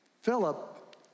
Philip